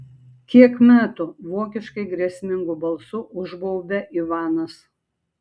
kiek metų vokiškai grėsmingu balsu užbaubia ivanas